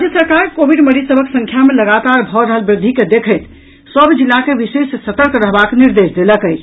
राज्य सरकार कोविड मरीज सभक संख्या मे लगातार भऽ रहल वृद्धि के देखैत सभ जिला के विशेष सतर्क रहबाक निर्देश देलक अछि